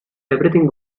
everything